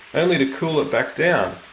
only to cool it back down.